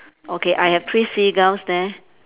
okay I have three seagulls there